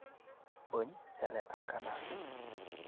ᱵᱟᱹᱧ ᱥᱮᱞᱮᱫ ᱟᱠᱟᱱᱟ